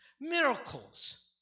miracles